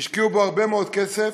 שהשקיעו בו הרבה מאוד כסף,